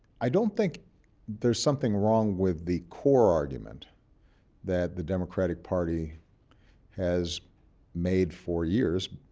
i don't think there's something wrong with the core argument that the democratic party has made for years.